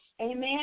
amen